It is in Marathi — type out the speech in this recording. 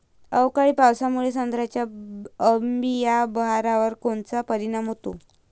अवकाळी पावसामुळे संत्र्याच्या अंबीया बहारावर कोनचा परिणाम होतो?